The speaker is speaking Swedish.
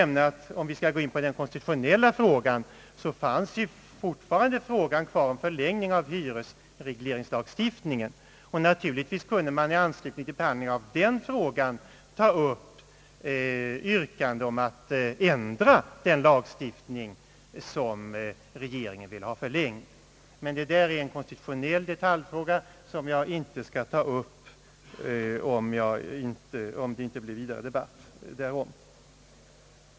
Men om vi skall gå in på den konstitutionella frågan, kvarstod fortfarande frågan om förlängning av hyresregleringslagstiftningen. Naturligtvis kunde man i anslutning till behandlingen av den frågan ta upp yrkande om att ändra den lagstiftning, som regeringen ville ha förlängd. Men det är en konstitutionell detaljfråga som jag inte närmare skall ta upp, om det inte blir vidare debatt därom.